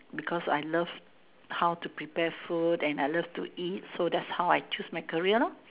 because I love how to prepare food and I love to eat so that's how I choose my career lor